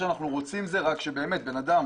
אתם במעשיכם החזרתם